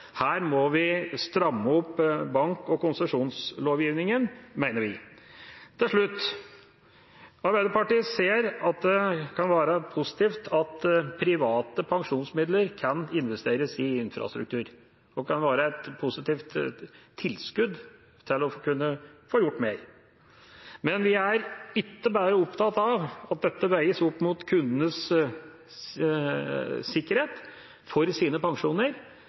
Her må vi stramme opp bank- og konsesjonslovgivningen, mener vi. Til slutt: Arbeiderpartiet ser at det kan være positivt at private pensjonsmidler kan investeres i infrastruktur, og at det kan være et positivt tilskudd til å kunne få gjort mer. Men vi er ikke bare opptatt av at dette skal veies opp mot kundenes sikkerhet for sine pensjoner,